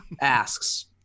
asks